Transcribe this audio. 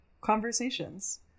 conversations